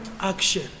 action